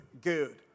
good